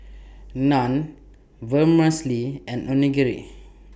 Naan Vermicelli and Onigiri